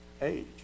age